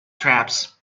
traps